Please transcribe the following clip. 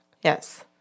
Yes